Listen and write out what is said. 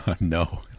no